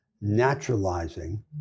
naturalizing